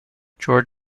georg